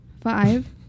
Five